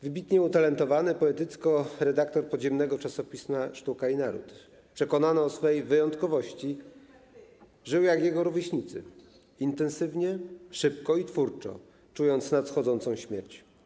Wybitnie utalentowany poetycko, redaktor podziemnego czasopisma ˝Sztuka i Naród˝, przekonany o swojej wyjątkowości, żył jak jego rówieśnicy - intensywnie, szybko i twórczo, czując nadchodzącą śmierć.